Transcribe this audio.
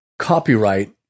copyright